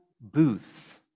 booths